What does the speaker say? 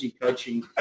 coaching